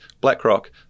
BlackRock